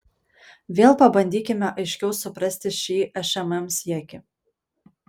vėl pabandykime aiškiau suprasti šį šmm siekį